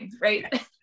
right